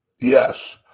Yes